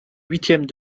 huitièmes